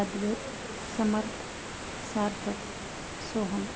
Advait Samarth Sarthak Soham